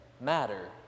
matter